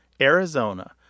Arizona